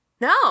no